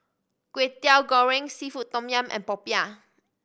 Kwetiau Goreng seafood tom yum and popiah